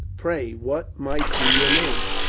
pray, what might be your name?